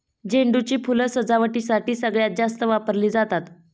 झेंडू ची फुलं सजावटीसाठी सगळ्यात जास्त वापरली जातात